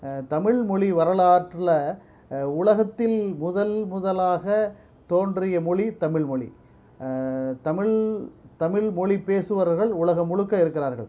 தமிழ்மொழி வரலாற்றில் உலகத்தில் முதல் முதலாக தோன்றிய மொழி தமிழ்மொழி தமிழ் தமிழ் மொழி பேசுபவர்கள் உலகம் முழுக்க இருக்கிறார்கள்